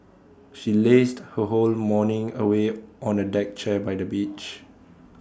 she lazed her whole morning away on A deck chair by the beach